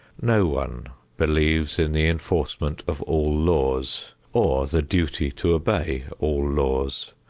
no one believes in the enforcement of all laws or the duty to obey all laws,